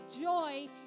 joy